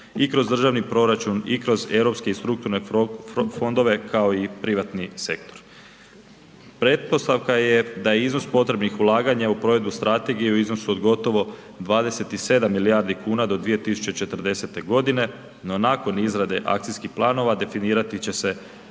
i kroz državni proračun, i kroz europske i strukturne fondove, kao i privatni sektor. Pretpostavka je da iznos potrebnih ulaganja u provedbu Strategije u iznosu od gotovo 27 milijardi kuna do 2040.-te godine, no nakon izrade Akcijskih planova definirati će se